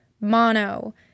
mono